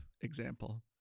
example